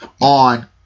on